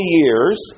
years